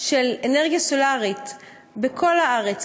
של אנרגיה סולרית בכל הארץ,